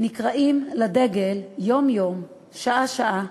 נקראים לדגל יום-יום, שעה-שעה,